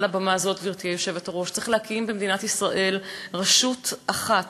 אבל במדינת ישראל אין רשות אחת